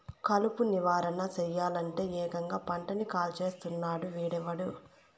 కలుపు నివారణ సెయ్యలంటే, ఏకంగా పంటని కాల్చేస్తున్నాడు వీడెవ్వడు